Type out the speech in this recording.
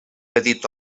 petit